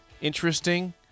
Interesting